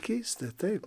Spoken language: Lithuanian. keista taip